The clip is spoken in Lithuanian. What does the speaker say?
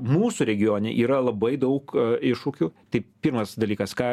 mūsų regione yra labai daug iššūkių tai pirmas dalykas ką